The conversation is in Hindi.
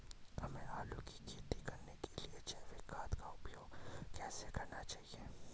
हमें आलू की खेती करने के लिए जैविक खाद का उपयोग कैसे करना चाहिए?